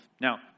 Now